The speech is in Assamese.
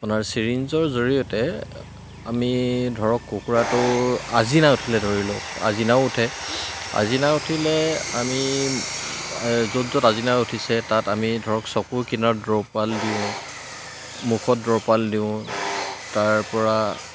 আপোনাৰ চিৰিঞ্জৰ জৰিয়তে আমি ধৰক কুকুৰাটো আজিনা উঠিলে ধৰি লওক আজিনাও উঠে আজিনা উঠিলে আমি য'ত য'ত আজিনা উঠিছে তাত আমি ধৰক চকুৰ কিনাৰত দ্ৰপাল দিওঁ মুখত দ্ৰপাল দিওঁ তাৰ পৰা